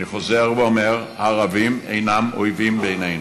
אני חוזר ואומר, הערבים אינם אויבים בעינינו.